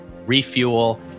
refuel